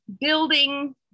building